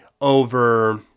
over